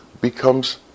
becomes